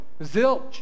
Zilch